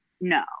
no